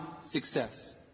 success